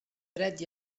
dret